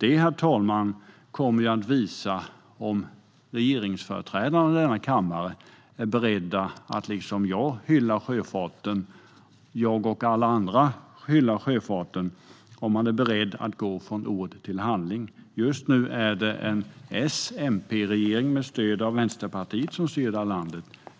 Herr talman! Det kommer att visa sig om regeringsföreträdarna i denna kammare är beredda att liksom jag och alla andra hylla sjöfarten och om de är beredda att gå från ord till handling. Nu är det en S-MP-regering med stöd av Vänsterpartiet som styr vårt land.